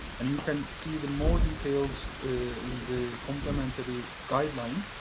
and you can see the more details in the complementary guidelines,